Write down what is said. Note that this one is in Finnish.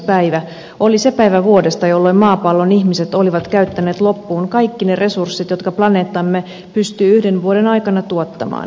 päivä oli se päivä vuodesta jolloin maapallon ihmiset olivat käyttäneet loppuun kaikki ne resurssit jotka planeettamme pystyy yhden vuoden aikana tuottamaan